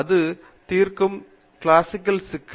அது தீர்க்கும் கிளாசிக்கல் சிக்கல்